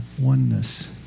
oneness